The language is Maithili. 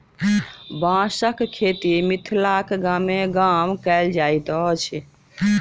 बाँसक खेती मिथिलाक गामे गाम कयल जाइत अछि